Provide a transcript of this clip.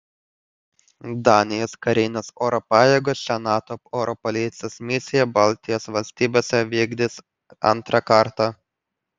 danijos karinės oro pajėgos šią nato oro policijos misiją baltijos valstybėse vykdys antrą kartą